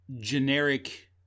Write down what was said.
generic